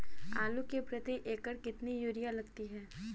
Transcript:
आलू में प्रति एकण कितनी यूरिया लगती है?